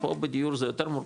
פה בדיור זה יותר מורכב,